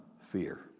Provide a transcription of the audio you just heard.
fear